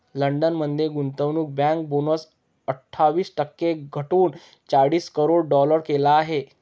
London मध्ये गुंतवणूक bank bonus अठ्ठावीस टक्के घटवून चाळीस करोड डॉलर केला आहे